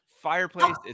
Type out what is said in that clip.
fireplace